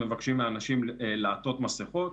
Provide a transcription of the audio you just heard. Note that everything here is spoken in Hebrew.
מבקשים מהאנשים לעטות מסכות.